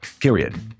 period